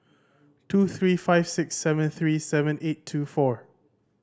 two three five six seven three seven eight two four